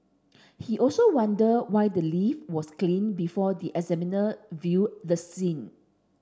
he also wondered why the lift was cleaned before the examiner viewed the scene